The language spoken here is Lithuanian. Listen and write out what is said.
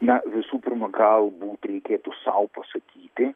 na visų pirma galbūt reikėtų sau pasakyti